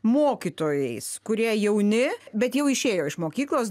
mokytojais kurie jauni bet jau išėjo iš mokyklos